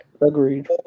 Agreed